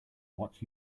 what